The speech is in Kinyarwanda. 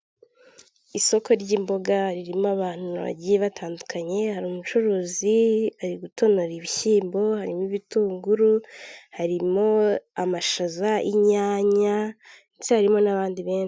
Isoko ry'imboga ririmo abantu bagiye batandukanye hari umucuruzi ari gutonora ibishyimbo hari ibitunguru, harimo amashaza, inyanya ndetse harimo n'abandi benshi.